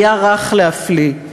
היה רך להפליא.